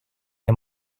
для